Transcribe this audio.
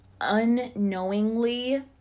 unknowingly